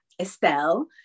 Estelle